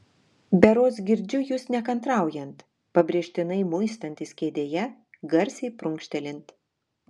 berods girdžiu jus nekantraujant pabrėžtinai muistantis kėdėje garsiai prunkštelint